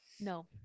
No